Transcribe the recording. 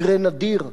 מקרה נדיר.